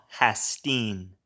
hastin